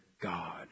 God